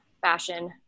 fashion